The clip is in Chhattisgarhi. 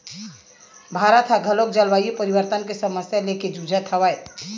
भारत ह घलोक जलवायु परिवर्तन के समस्या लेके जुझत हवय